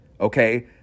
okay